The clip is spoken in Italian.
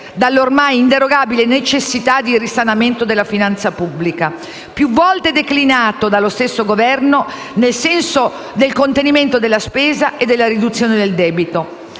dall'ormai inderogabile necessità di risanamento della finanza pubblica; risanamento più volte declinato dallo stesso Governo nel senso del contenimento della spesa e della riduzione del debito.